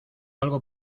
algo